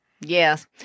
Yes